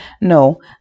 No